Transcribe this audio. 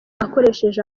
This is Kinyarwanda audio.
akoresheje